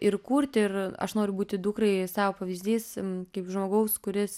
ir kurti ir aš noriu būti dukrai savo pavyzdys kaip žmogaus kuris